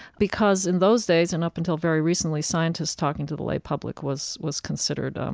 because in those days and up until very recently, scientists talking to the lay public was was considered, um